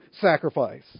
sacrifice